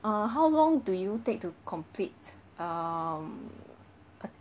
uh how long do you take to complete um